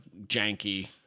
janky